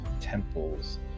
temple's